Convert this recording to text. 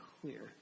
clear